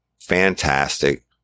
fantastic